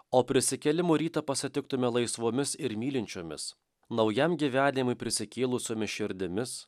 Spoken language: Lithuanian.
o prisikėlimo rytą pasitiktume laisvomis ir mylinčiomis naujam gyvenimui prisikėlusiomis širdimis